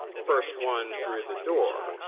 first one through the door.